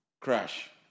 crash